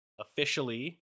officially